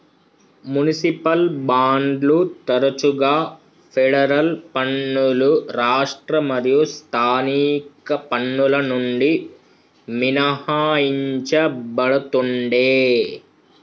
municipal బాండ్లు తరచుగా federal పన్నులు రాష్ట్ర మరియు స్థానిక పన్నుల నుండి మినహాయించబడతుండే